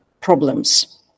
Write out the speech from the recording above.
problems